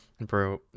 Bro